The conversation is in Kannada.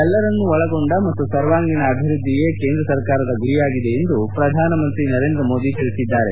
ಎಲ್ಲರನ್ನು ಒಳಗೊಂಡ ಮತ್ತು ಸರ್ವಾಂಗೀಣ ಅಭಿವ್ವದ್ಲಿಯೇ ಕೇಂದ ಸರ್ಕಾರದ ಗುರಿಯಾಗಿದೆ ಎಂದು ಪ್ರಧಾನಮಂತ್ರಿ ನರೇಂದ್ರ ಮೋದಿ ತಿಳಿಸಿದ್ದಾರೆ